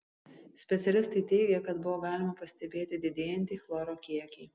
specialistai teigė kad buvo galima pastebėti didėjantį chloro kiekį